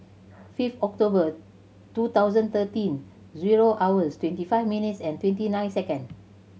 five October two thousand thirteen zero hours twenty five minutes and twenty nine second